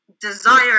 desire